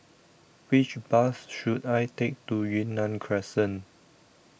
Which Bus should I Take to Yunnan Crescent